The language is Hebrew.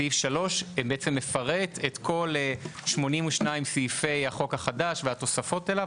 סעיף 3 מפרט את כל 82 סעיפי החוק החדש והתוספות אליו.